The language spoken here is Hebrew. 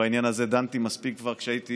שבעניין הזה דנתי מספיק כבר כשהייתי